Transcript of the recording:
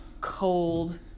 cold